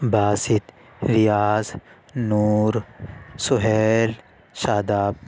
Basit Riaz Noor Suhail Shadab